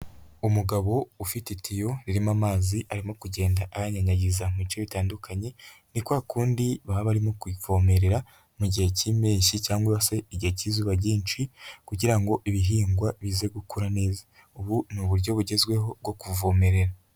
Umugabo ufite itiyo irimo amazi arimo kugenda ayanyanyagiza mu bice bitandukanye, ni kwa kundi baba barimo kuvomererera mu gihe cy'impeshyi, cyangwa se igihe k'izuba ryinshi kugira ngo ibihingwa bize gukura neza. Ubu ni uburyo bugezweho bwo kuvomerera.